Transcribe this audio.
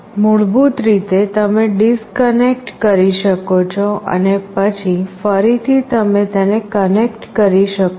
મૂળભૂત રીતે તમે ડિસકનેક્ટ કરી શકો છો અને પછી ફરીથી તમે તેને કનેક્ટ કરી શકો છો